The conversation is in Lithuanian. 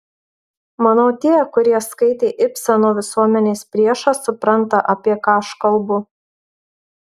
manau tie kurie skaitė ibseno visuomenės priešą supranta apie ką aš kalbu